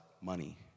money